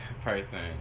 person